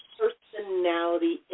personality